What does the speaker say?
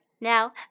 Now